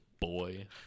Boy